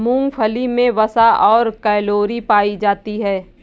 मूंगफली मे वसा और कैलोरी पायी जाती है